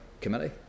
committee